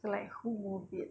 like who will be at